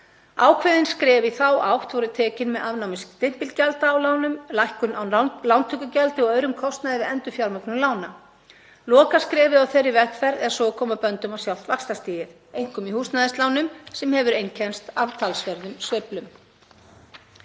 Ákveðin skref í þá átt voru tekin með afnámi stimpilgjalda af lánum, lækkun á lántökugjaldi og öðrum kostnaði við endurfjármögnun lána. Lokaskrefið á þeirri vegferð er svo að koma böndum á sjálft vaxtastigið, einkum í húsnæðislánum, sem hefur einkennst af talsverðum sveiflum.